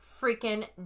freaking